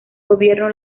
gobierno